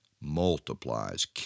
multiplies